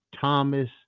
Thomas